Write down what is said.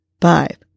five